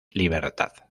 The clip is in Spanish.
libertad